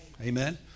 Amen